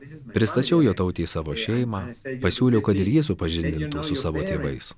pristačiau jotautei savo šeimą pasiūliau kad ir ji supažindintų su savo tėvais